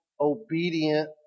obedient